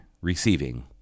receiving